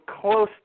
close